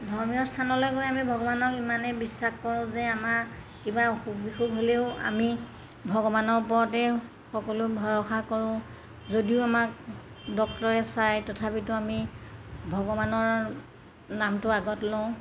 ধৰ্মীয় স্থানলৈ গৈ আমি ভগৱানক ইমানেই বিশ্বাস কৰোঁ যে আমাৰ কিবা অসুখ বিসুখ হ'লেও আমি ভগৱানৰ ওপৰতে সকলো ভৰষা কৰোঁ যদিও আমাক ডক্টৰে চায় তথাপিতো আমি ভগৱানৰ নামটো আগত লওঁ